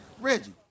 Reggie